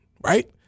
right